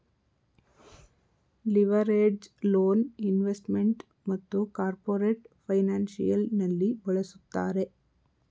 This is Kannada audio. ಲಿವರೇಜ್ಡ್ ಲೋನ್ ಇನ್ವೆಸ್ಟ್ಮೆಂಟ್ ಮತ್ತು ಕಾರ್ಪೊರೇಟ್ ಫೈನಾನ್ಸಿಯಲ್ ನಲ್ಲಿ ಬಳಸುತ್ತಾರೆ